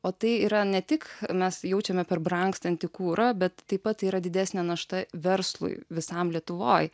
o tai yra ne tik mes jaučiame per brangstantį kurą bet taip pat tai yra didesnė našta verslui visam lietuvoj